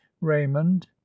raymond